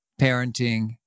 parenting